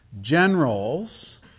generals